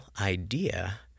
idea